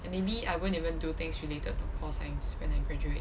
and maybe I wouldn't even do things related to pol science when I graduate